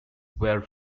were